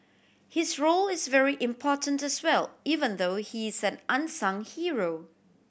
his role is very important as well even though he's an unsung hero